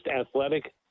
athletic